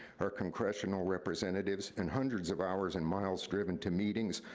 our congressional representatives, and hundreds of hours and miles driven to meetings,